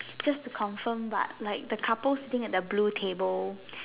just to confirm but like the couple sitting at the blue table